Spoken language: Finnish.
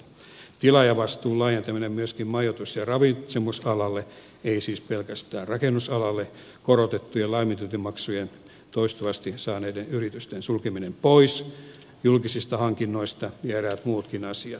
tilaajavastuun laajentaminen myöskin majoitus ja ravitsemusalalle ei siis pelkästään rakennusalalle korotettuja laiminlyöntimaksuja toistuvasti saaneiden yritysten sulkeminen pois julkisista hankinnoista ja eräät muutkin asiat